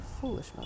Foolish